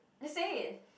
he saying